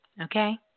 Okay